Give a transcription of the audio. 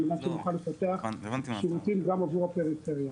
על מנת שנוכל לפתח שירותים גם עבור הפריפריה.